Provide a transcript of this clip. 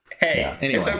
Hey